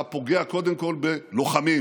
אתה פוגע קודם כול בלוחמים,